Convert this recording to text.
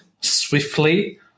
swiftly